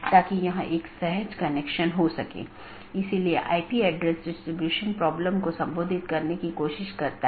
या एक विशेष पथ को अमान्य चिह्नित करके अन्य साथियों को विज्ञापित किया जाता है